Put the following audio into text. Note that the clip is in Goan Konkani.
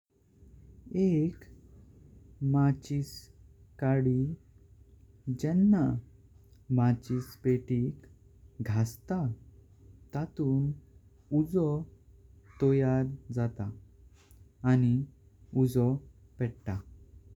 एक माचीस काडी जेन्ना माचीस पेटीक घटता। तातुन उजो तयार जाता आणि उजो पेट्टा।